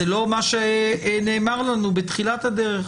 זה לא מה שנאמר לנו בתחילת הדרך.